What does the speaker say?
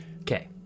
okay